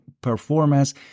performance